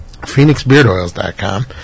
phoenixbeardoils.com